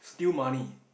steal money